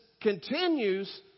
continues